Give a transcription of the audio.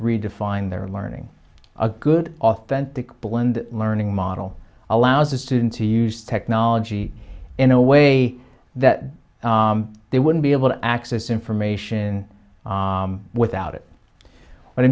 redefine their learning a good authentic blend learning model allows a student to use technology in a way that they wouldn't be able to access information without it but i